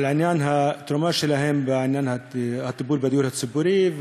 על עניין התרומה שלהם בטיפול בדיור הציבורי,